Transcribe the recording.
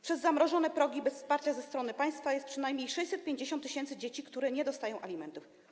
Przez zamrożone progi bez wsparcia ze strony państwa jest przynajmniej 650 tys. dzieci, które nie dostają alimentów.